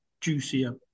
juicier